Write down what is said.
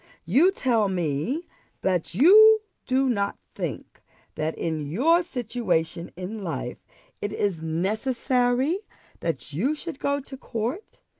you tell me that you do not think that in your situation in life it is necessary that you should go to court.